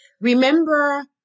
remember